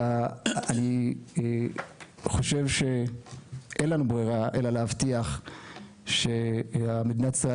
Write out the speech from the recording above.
ואני חושב שאין לנו ברירה אלא להבטיח שמדינת ישראל